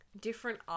different